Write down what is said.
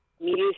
music